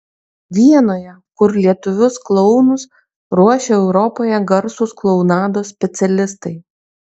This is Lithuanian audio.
vienoje kur lietuvius klounus ruošia europoje garsūs klounados specialistai